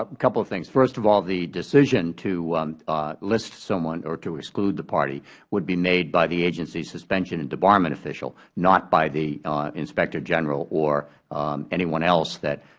ah couple of things. first of all, the decision to list someone or to exclude the party would be made by the agency suspension and debarment official, not by the inspector general or anyone else that